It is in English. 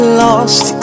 lost